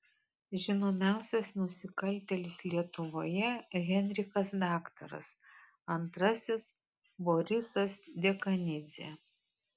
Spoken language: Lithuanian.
žinomiausias nusikaltėlis lietuvoje henrikas daktaras antrasis borisas dekanidzė